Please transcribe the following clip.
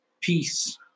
Peace